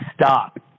Stop